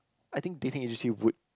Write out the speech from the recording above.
I think dating agency would